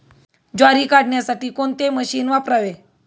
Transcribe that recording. ज्वारी काढण्यासाठी कोणते मशीन वापरावे?